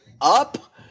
up